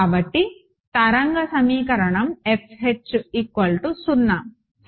కాబట్టి తరంగ సమీకరణం FH 0 సరైనది